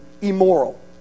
immoral